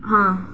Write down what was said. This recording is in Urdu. ہاں